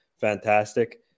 fantastic